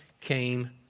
came